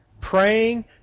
Praying